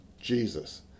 Jesus